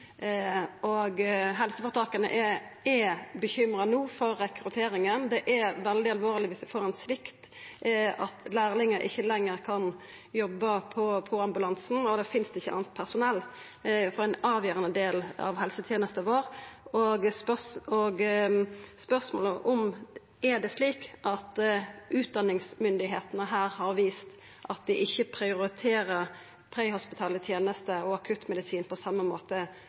er no bekymra for rekrutteringa. Det er veldig alvorleg dersom ein får ein svikt, at lærlingar ikkje lenger kan jobba på ambulansen, og det ikkje finst anna personell for ein avgjerande del av helsetenesta vår. Spørsmålet er: Er det slik at utdanningsstyresmaktene her har vist at dei ikkje prioriterer prehospitale tenester og akuttmedisin på same